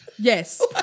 Yes